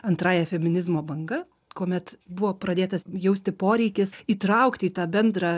antrąja feminizmo banga kuomet buvo pradėtas jausti poreikis įtraukti į tą bendrą